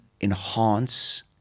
enhance